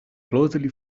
closely